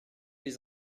les